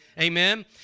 amen